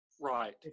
Right